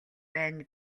байна